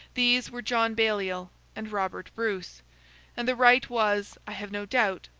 these were john baliol and robert bruce and the right was, i have no doubt,